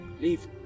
leave